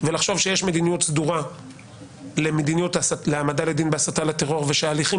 ולחשוב שיש מדיניות סדורה להעמדה לדין בהסתה לטרור ושההליכים